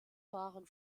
waren